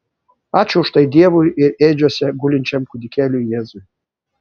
ačiū už tai dievui ir ėdžiose gulinčiam kūdikėliui jėzui